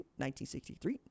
1963